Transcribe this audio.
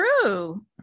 true